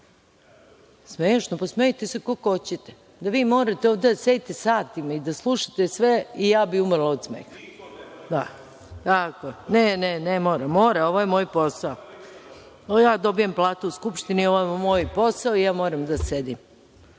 Smešno? Pa smejte se koliko hoćete. Pa, da i vi morate ovde da sedite satima i da slušate sve i ja bih umrla od smeha. Tako je. Ne, ne morate. Mora, ovo je moj posao. I ja dobijam platu u Skupštini, ovo je moj posao i ja moram da sedim.